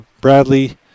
Bradley